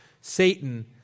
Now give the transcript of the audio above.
Satan